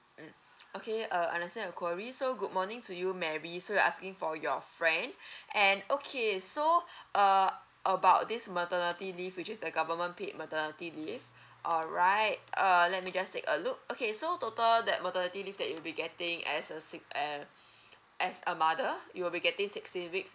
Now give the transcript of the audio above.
mm okay uh understand your query so good morning to you mary so you're asking for your friend and okay so uh about this maternity leave which is the government paid maternity leave alright uh let me just take a look okay so total that maternity leave that you'll be getting as a sick uh as a mother you'll be getting sixteen weeks